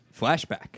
Flashback